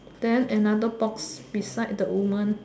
then another box beside the woman